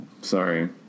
sorry